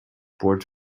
port